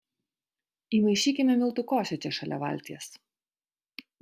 įmaišykime miltų košę čia šalia valties